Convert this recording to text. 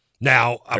Now